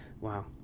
wow